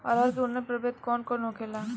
अरहर के उन्नत प्रभेद कौन कौनहोला?